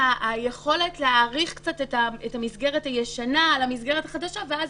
היכולת להאריך קצת את המסגרת הישנה על המסגרת החדשה ואז